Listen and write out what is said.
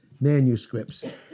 manuscripts